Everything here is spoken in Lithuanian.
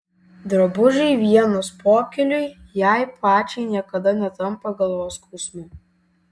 drabužiai vienos pokyliui jai pačiai niekada netampa galvos skausmu